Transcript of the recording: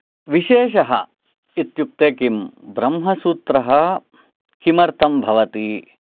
विशेषः इत्युक्ते किं ब्रह्मसूत्रः किमर्थं भवति